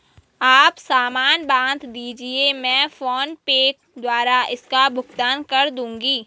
आप सामान बांध दीजिये, मैं फोन पे द्वारा इसका भुगतान कर दूंगी